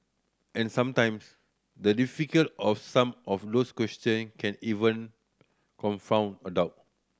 and sometimes the difficulty of some of these question can even confound adult